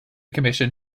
commission